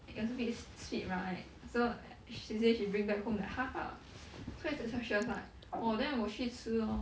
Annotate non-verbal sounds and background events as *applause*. it was a bit sweet right so !aiya! she say she bring back home that half ah *breath* 所以 that's why she was like orh then 我去吃 lor